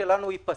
היא פאסיבית,